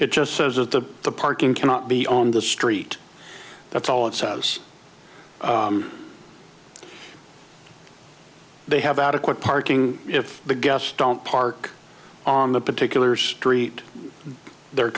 it just says that the the parking cannot be on the street that's all it says they have adequate parking if the guests don't park on the particular street they're